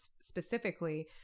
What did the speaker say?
specifically